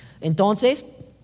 Entonces